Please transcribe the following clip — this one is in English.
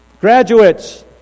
Graduates